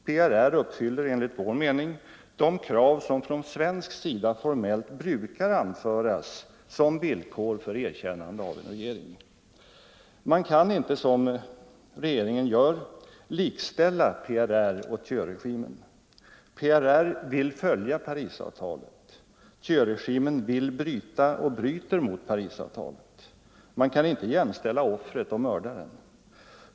PRR uppfyller enligt vår mening de krav som från svensk sida formellt brukar anföras som villkor för erkännande av en regering. Man kan inte, som den svenska regeringen gör, likställa PRR och Thieuregimen. PRR vill följa Parisavtalet. Thieuregimen vill bryta och bryter mot Parisavtalet. Man kan inte jämställa offret och mördaren.